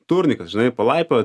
turnikas žinai palaipiot